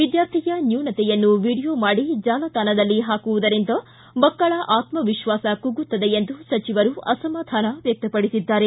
ವಿದ್ಯಾರ್ಥಿಯ ನ್ಯೂನತೆಯನ್ನು ವಿಡಿಯೋ ಮಾಡಿ ಜಾಲತಾಣದಲ್ಲಿ ಹಾಕುವುದರಿಂದ ಮಕ್ಕಳ ಆತ್ಮವಿಶ್ವಾಸ ಕುಗ್ಗುತ್ತದೆ ಎಂದು ಸಚಿವರು ಅಸಮಾಧಾನ ವ್ಯಕ್ತಪಡಿಸಿದ್ದಾರೆ